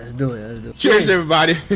cheers everybody.